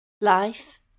Life